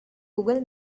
google